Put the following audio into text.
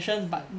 mm